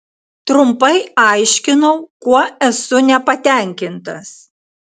trumpai aiškinau kuo esu nepatenkintas